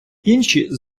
інші